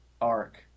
arc